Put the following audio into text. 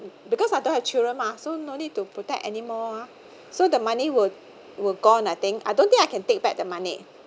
because I don't have children mah so no need to protect anymore ah so the money would were gone I think I don't think I can take back the money